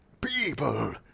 People